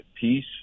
peace